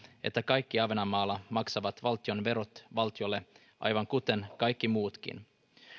että kaikki ahvenanmaalla maksavat valtionverot valtiolle aivan kuten kaikki muutkin